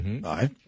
right